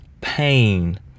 pain